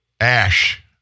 Ash